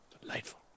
Delightful